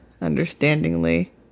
understandingly